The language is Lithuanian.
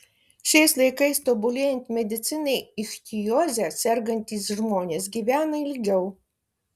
šiais laikais tobulėjant medicinai ichtioze sergantys žmonės gyvena ilgiau